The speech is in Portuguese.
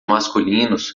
masculinos